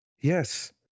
Yes